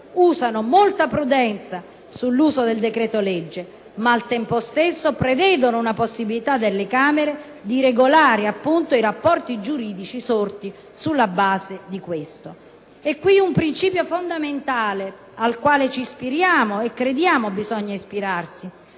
usano molta prudenza sull'uso del decreto-legge, ma, al tempo stesso, prevedono la possibilità per le Camere di regolare appunto i rapporti giuridici sorti sulla base dei decreti-legge non convertiti. È in gioco un principio fondamentale al quale ci ispiriamo e crediamo bisogna ispirarsi: